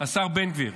השר בן גביר.